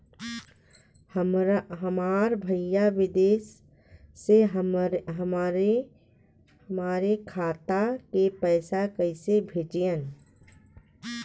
हमार भईया विदेश से हमारे खाता में पैसा कैसे भेजिह्न्न?